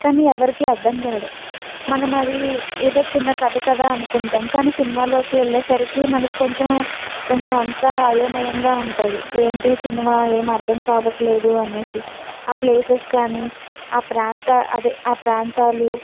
కానీ ఎవరికి అర్థం కాదు మనం అది ఏదో చిన్న కథ అనుకుంటాం కానీ సినిమాలోకి వెళ్ళేసరికి మనకి కొంచెం కొంచెం అంతా అయోమయంగా ఉంటుంది ఏంటి సినిమా ఏమీ అర్థం కావట్లేదు అనేసి ఆ ప్లేసెస్ కానీ ఆ ప్రాంత అదే ఆ ప్రాంతాలు